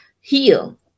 heal